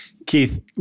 Keith